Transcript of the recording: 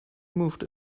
moved